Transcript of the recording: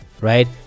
right